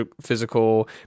physical